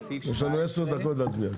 יש לנו 10 דקות להצביע.